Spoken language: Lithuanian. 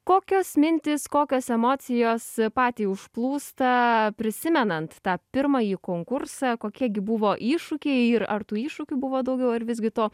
kokios mintys kokios emocijos patį užplūsta prisimenant tą pirmąjį konkursą kokie gi buvo iššūkiai ir ar tų iššūkių buvo daugiau ar visgi to